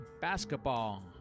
Basketball